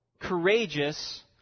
courageous